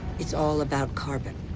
it's all about carbon.